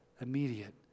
immediate